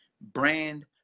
Brand